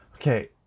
Okay